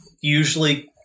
usually